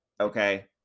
okay